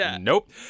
Nope